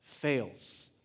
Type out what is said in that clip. fails